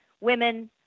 women